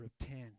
repent